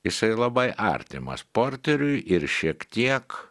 jisai labai artimas porteriui ir šiek tiek